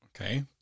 okay